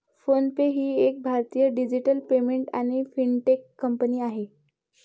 phone पे ही एक भारतीय डिजिटल पेमेंट आणि फिनटेक कंपनी आहे